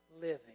Living